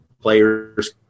players